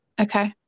Okay